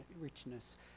richness